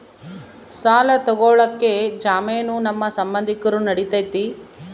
ಸಾಲ ತೊಗೋಳಕ್ಕೆ ಜಾಮೇನು ನಮ್ಮ ಸಂಬಂಧಿಕರು ನಡಿತೈತಿ?